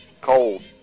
cold